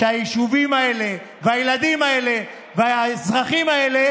שהיישובים האלה והילדים האלה והאזרחים האלה